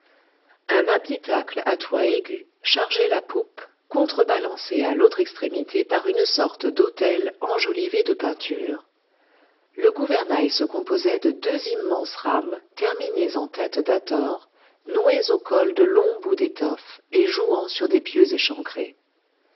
un habitacle à toit aigu chargeait la poupe contrebalancée à l'autre extrémité par une sorte d'autel enjolivé de peintures le gouvernail se composait de deux immenses rames terminées en têtes d'hâthor nouées au col de longs bouts d'étoffe et jouant sur des pieux échancrés